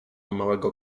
małego